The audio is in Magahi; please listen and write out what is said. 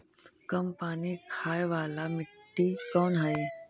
कम पानी खाय वाला मिट्टी कौन हइ?